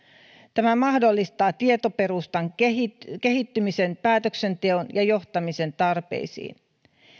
tämä mahdollistaa tietoperustan kehittymisen kehittymisen päätöksenteon ja johtamisen tarpeisiin